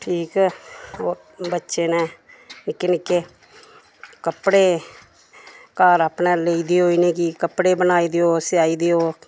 ठीक बच्चे न नि'क्के नि'क्के कपडे़ घर अपने लेई दैओ इ'नें गी कपडे़ बनाई दैओ सेआई दैओ